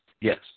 Yes